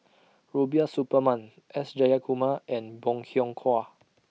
Rubiah Suparman S Jayakumar and Bong Hiong Hwa